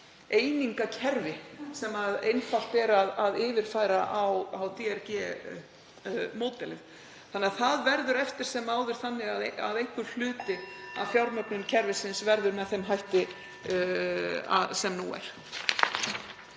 einingakerfi sem einfalt er að yfirfæra á DRG-módelið. Það verður því eftir sem áður þannig að einhver hluti af fjármögnun kerfisins verður með þeim hætti sem nú er.